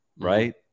right